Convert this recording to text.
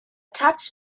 touch